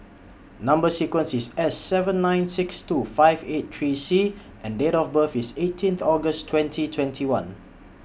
Number sequence IS S seven nine six two five eight three C and Date of birth IS eighteen August twenty twenty one